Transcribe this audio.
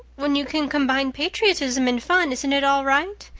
when you can combine patriotism and fun, isn't it all right?